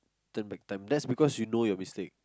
turn back time that's because you know your mistake